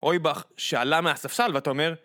אוי, בח.. שאלה מהספסל ואתה אומר?